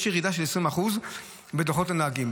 יש ירידה של 20% בדוחות הנהגים.